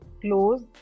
close